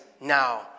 now